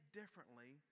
differently